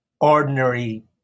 ordinary